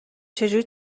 چجوری